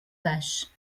vaches